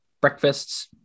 breakfasts